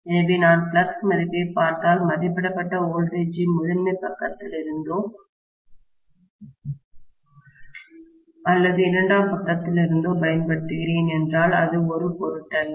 எனவே நான் ஃப்ளக்ஸ் மதிப்பைப் பார்த்தால் மதிப்பிடப்பட்ட வோல்டேஜ் ஐ முதன்மை பக்கத்திலிருந்தோ அல்லது இரண்டாம் பக்கத்திலிருந்தோ பயன்படுத்துகிறேன் என்றால் அது ஒரு பொருட்டல்ல